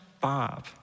Bob